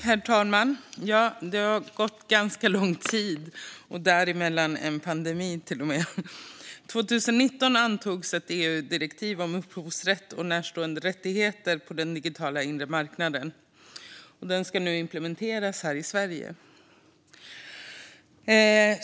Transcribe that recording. Herr talman! Det har gått ganska lång tid och till och med varit en pandemi sedan det 2019 antogs ett EU-direktiv om upphovsrätt och närstående rättigheter på den digitala inre marknaden. Det ska nu implementeras här i Sverige.